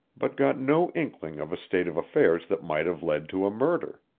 but got no inkling of a state of affairs that might have led to a murder.